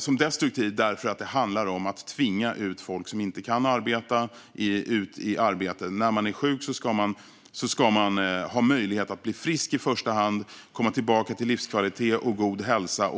som destruktiv eftersom den handlar om att tvinga folk som inte kan arbeta ut i arbete. När man är sjuk ska man i första hand ha möjlighet att bli frisk och komma tillbaka till livskvalitet och god hälsa.